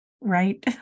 Right